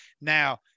Now